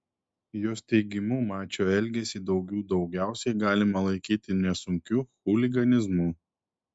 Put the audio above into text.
jos teigimu mačio elgesį daugių daugiausiai galima laikyti nesunkiu chuliganizmu